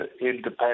independent